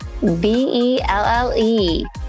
B-E-L-L-E